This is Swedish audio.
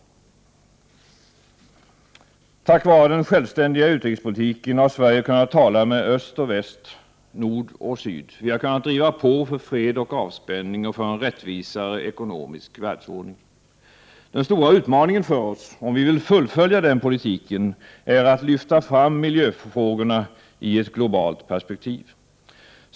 Tack vare den självständiga utrikespolitiken har Sverige kunnat tala med öst och väst, syd och nord. Vi har kunnat driva på för fred och avspänning och för en rättvisare ekonomisk världsordning. Den stora utmaningen för oss, om vi vill fullfölja den politiken, är att lyfta fram miljöfrågorna i ett globalt perspektiv.